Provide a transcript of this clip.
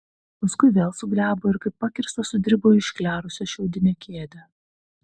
paskui vėl suglebo ir kaip pakirstas sudribo į išklerusią šiaudinę kėdę